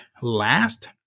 last